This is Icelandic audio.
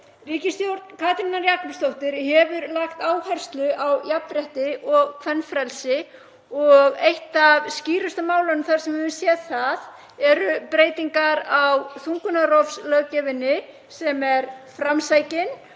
Ríkisstjórn Katrínar Jakobsdóttur hefur lagt áherslu á jafnrétti og kvenfrelsi og eitt af skýrustu málunum þar sem við höfum séð eru breytingar á þungunarrofslöggjöfinni sem er framsækin